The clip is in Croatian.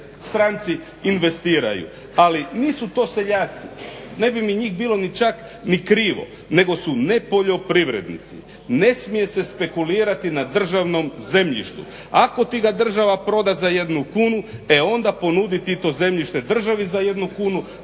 stranci investiraju, ali nisu to seljaci. Ne bi mi njih bilo čak ni krivo nego su nepoljoprivrednici. Ne smije se spekulirati na državnom zemljištu. Ako ti ga država proda za 1 kunu onda ponudi ti to zemljište državi za 1 kunu